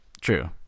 True